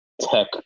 tech